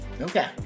Okay